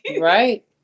Right